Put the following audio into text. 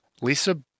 Lisa